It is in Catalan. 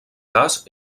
cas